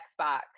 Xbox